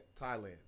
Thailand